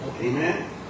Amen